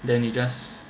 then you just